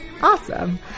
awesome